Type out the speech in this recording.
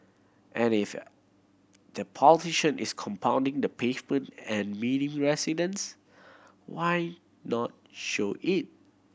and if the politician is compounding the pavement and meeting residents why not show it